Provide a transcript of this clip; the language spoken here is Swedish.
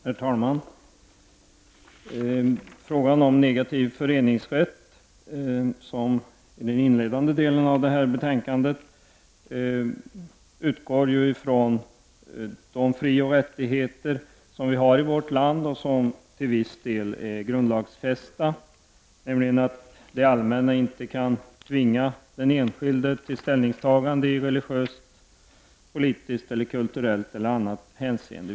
Herr talman! Frågan om negativ föreningsrätt som den inledande delen av det här betänkandet handlar om, utgår ju från de fri och rättigheter som vi har i vårt land och som till viss del är grundlagsfästa, nämligen att det allmänna inte kan tvinga den enskilde till ställningstagande i religiöst, politiskt, kulturellt eller annat hänseende.